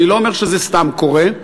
אני לא אומר שזה סתם קורה,